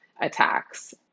attacks